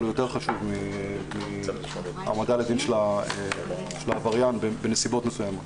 יותר חשוב מהעמדה לדין של העבריין בנסיבות מסוימות.